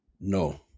no